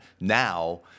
now